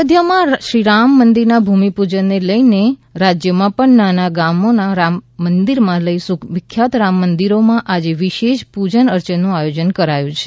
અયોધ્યામાં શ્રીરામ મંદિરના ભૂમિપૂજનને લઈને રાજ્યમાં પણ નાના ગામના રામજીમંદિરથી લઈ સુવિખ્યાત રામમંદિરોમાં આજે વિશેષ પૂજન અર્ચનનું આયોજન કરાયું છે